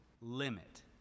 limit